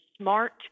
smart